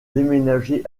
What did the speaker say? déménager